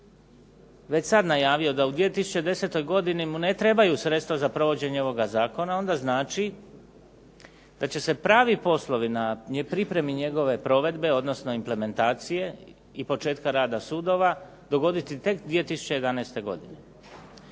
već sada najavio da u 2010. godini mu ne trebaju sredstva za provođenje ovoga zakona, onda znači da će se pravi poslovi na pripremi njegove provedbe odnosno implementacije i početka rada sudova dogoditi tek 2011. godine.